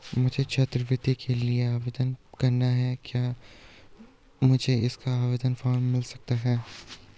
मुझे छात्रवृत्ति के लिए आवेदन करना है क्या मुझे इसका आवेदन फॉर्म मिल सकता है?